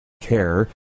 care